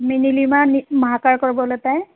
मी नीलिमा महाकाळकर बोलत आहे